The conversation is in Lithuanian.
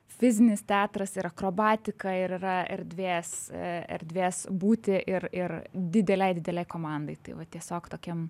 fizinis teatras ir akrobatika ir yra erdvės erdvės būti ir ir didelei didelei komandai tai va tiesiog tokiam